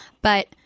But-